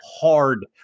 hard